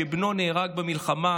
שבנו נהרג במלחמה.